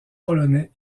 polonais